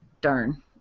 Darn